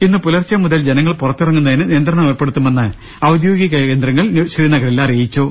ഇന്നുപുലർച്ചെ മുതൽ ജനങ്ങൾ പുറത്തിറങ്ങുന്നതിന് നിയന്ത്രണം ഏർപ്പെടു ത്തുമെന്ന് ഔദ്യോഗിക കേന്ദ്രങ്ങൾ ശ്രീനഗറിൽ അറിയിച്ചു